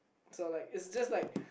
so like is just like